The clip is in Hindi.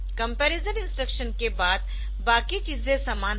कंपैरिजन इंस्ट्रक्शन के बाद बाकी चीजें समान है